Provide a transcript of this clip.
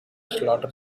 slaughter